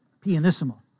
pianissimo